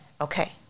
okay